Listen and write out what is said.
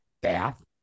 bath